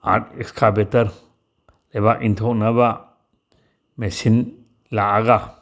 art excavator ꯂꯩꯕꯥꯛ ꯏꯟꯊꯣꯛꯅꯕ machine ꯂꯥꯛꯑꯒ